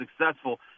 successful